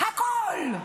הכול.